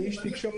אני איש תקשורת,